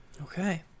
Okay